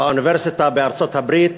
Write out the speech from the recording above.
באוניברסיטה בארצות-הברית,